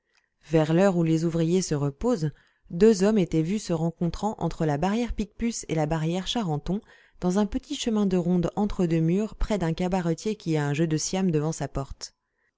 vers l'heure où les ouvriers se reposent deux hommes étaient vus se rencontrant entre la barrière picpus et la barrière charenton dans un petit chemin de ronde entre deux murs près d'un cabaretier qui a un jeu de siam devant sa porte